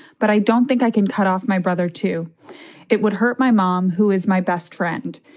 but i don't think i can cut off my brother to it would hurt my mom, who is my best friend.